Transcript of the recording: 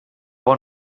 bon